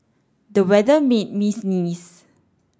the weather made me sneeze